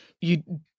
You